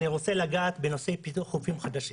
אני רוצה לגעת בנושא פיתוח חופים חדשים: